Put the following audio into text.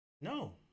No